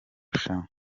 rushanwa